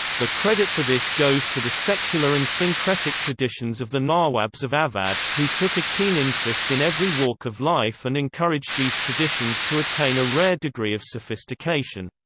the credit for this goes to the secular and syncretic traditions of the nawabs of awadh, who took a keen interest in every walk of life and encouraged these traditions to attain a rare degree of sophistication.